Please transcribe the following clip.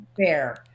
fair